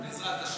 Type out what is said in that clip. בעזרת השם.